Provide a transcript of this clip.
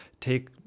take